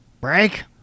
Break